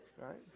right